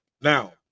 Now